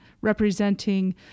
representing